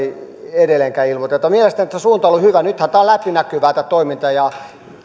edelleenkään ilmoiteta mielestäni tässä suunta on ollut hyvä nythän tämä toiminta on läpinäkyvää ja